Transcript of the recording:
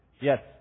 Yes